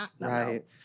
right